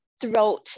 throughout